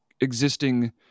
existing